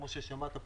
וכמו ששמעת פה,